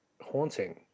haunting